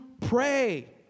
pray